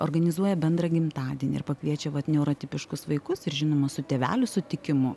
organizuoja bendrą gimtadienį ir pakviečia vat neuro tipiškus vaikus ir žinoma su tėvelių sutikimu